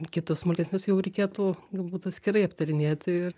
kitus smulkesnius jau reikėtų galbūt atskirai aptarinėti ir